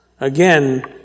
Again